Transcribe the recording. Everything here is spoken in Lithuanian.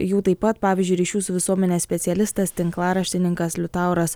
jų taip pat pavyzdžiui ryšių su visuomene specialistas tinklaraštininkas liutauras